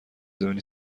زمینی